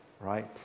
right